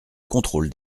contrôle